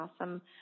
awesome